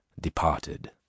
departed